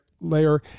layer